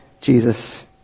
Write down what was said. Jesus